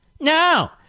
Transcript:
No